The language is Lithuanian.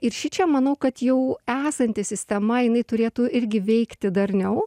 ir šičia manau kad jau esanti sistema jinai turėtų irgi veikti darniau